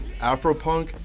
Afropunk